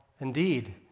indeed